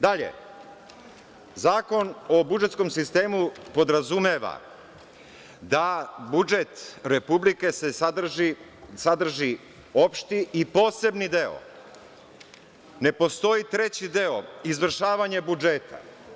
Dalje, Zakon o budžetskom sistemu podrazumeva da budžet Republike sadrži opšti i posebni deo, ne postoji treći deo izvršavanje budžeta.